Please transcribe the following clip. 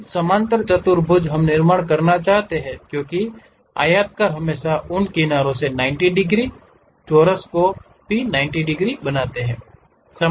अब समांतर चतुर्भुज हम निर्माण करना चाहते हैं क्योंकि आयताकार हमेशा उन किनारों को 90 डिग्री चोरस x को भी 90 डिग्री बनाते हैं